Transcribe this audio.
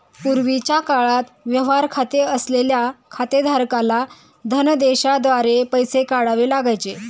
पूर्वीच्या काळात व्यवहार खाते असलेल्या खातेधारकाला धनदेशाद्वारे पैसे काढावे लागायचे